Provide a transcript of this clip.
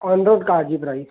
on road car जी price